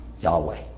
Yahweh